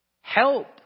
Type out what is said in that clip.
Help